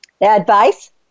Advice